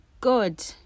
good